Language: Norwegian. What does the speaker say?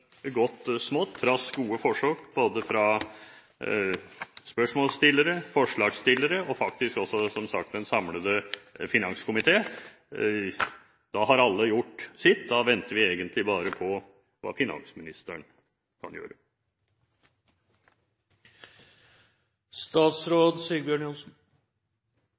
smått, tross gode forsøk fra både spørsmålsstillere, forslagsstillere og faktisk også, som sagt, en samlet finanskomité. Da har alle gjort sitt, og da venter vi egentlig bare på hva finansministeren kan